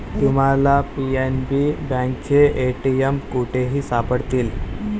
तुम्हाला पी.एन.बी बँकेचे ए.टी.एम कुठेही सापडतील